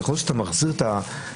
ככל שאתה מחזיר את המסכה,